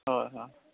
হয় হয়